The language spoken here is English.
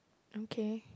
okay